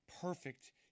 perfect